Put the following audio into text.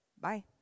Bye